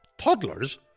Toddlers